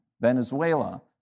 Venezuela